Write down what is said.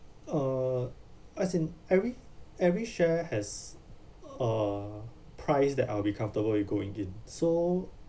uh as in every every share has a price that I'll be comfortable with going in so